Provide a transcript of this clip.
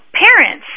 parents